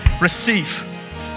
receive